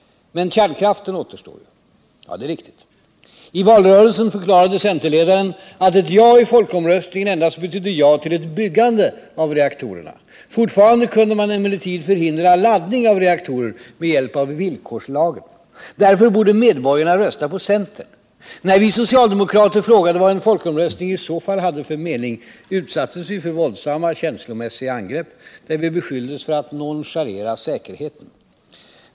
Men kärnkraften återstår ju. Det är riktigt. I valrörelsen förklarade centerledaren att ett ja i folkomröstningen endast betydde ja till ett byggande av reaktorerna. Fortfarande kunde man emellertid förhindra laddning av reaktorer med hjälp av villkorslagen. Därför borde medborgarna rösta på centern. När vi socialdemokrater frågade vad en folkomröstning i så fall hade för mening, utsattes vi för våldsamma känslomässiga angrepp där vi beskylldes för att nonchalera säkerheten.